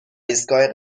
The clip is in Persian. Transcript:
ایستگاه